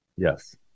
Yes